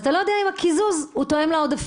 אז אתה לא יודע אם הקיזוז תואם לעודפים.